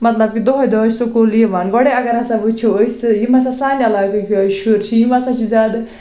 مطلب کہِ دۄہَے دۄہَے سُکوٗل یِوان گۄڈَے اگر ہسا وٕچھو أسۍ یِم ہسا سانہِ علاقٕکۍ آز شُرۍ چھِ یِم ہسا چھِ زیادٕ